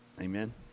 amen